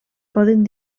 poden